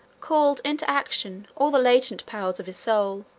called into action all the latent powers of his soul.